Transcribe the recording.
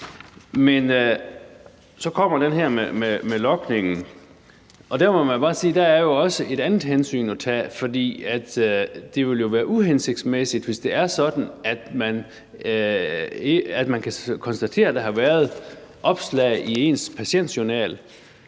Men så kommer der det med logningen, og der må man bare sige, at der jo også er et andet hensyn at tage der, for det vil jo være uhensigtsmæssigt, hvis det er sådan, at man kan konstatere, at der er foretaget opslag i ens patientjournal,